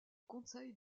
conseil